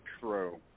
True